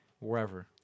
wherever